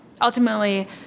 ultimately